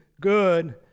good